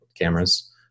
cameras